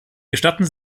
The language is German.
gestatten